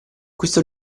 questo